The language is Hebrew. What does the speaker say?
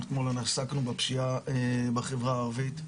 אתמול עסקנו בפשיעה בחברה הערבית.